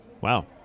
Wow